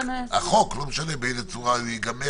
החוק, לא משנה באיזו צורה הוא יהיה,